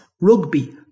rugby